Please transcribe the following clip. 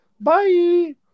Bye